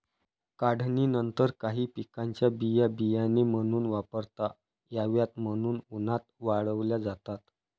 काढणीनंतर काही पिकांच्या बिया बियाणे म्हणून वापरता याव्यात म्हणून उन्हात वाळवल्या जातात